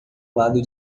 lado